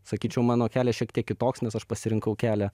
sakyčiau mano kelias šiek tiek kitoks nes aš pasirinkau kelią